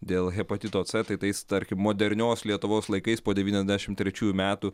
dėl hepatito c tai tais tarkim modernios lietuvos laikais po devyniasdešimt trečiųjų metų